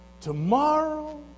Tomorrow